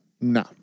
No